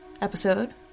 episode